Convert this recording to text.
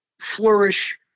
flourish